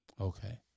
Okay